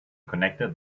connected